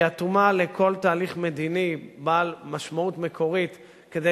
היא אטומה לכל תהליך מדיני בעל משמעות מקורית כדי